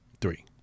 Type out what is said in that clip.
Three